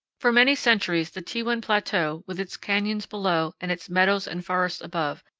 for many centuries the tewan plateau, with its canyons below and its meadows and forests above,